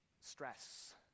stress